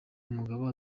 umugabo